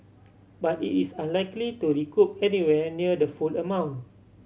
but it is unlikely to recoup anywhere near the full amount